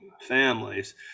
families